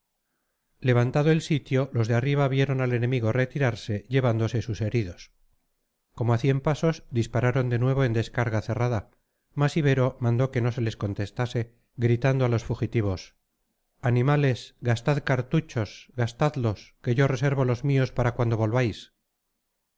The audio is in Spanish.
levantado el sitio los de arriba vieron al enemigo retirarse llevándose sus heridos como a cien pasos dispararon de nuevo en descarga cerrada mas ibero mandó que no se les contestase gritando a los fugitivos animales gastad cartuchos gastadlos que yo reservo los míos para cuando volváis